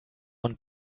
und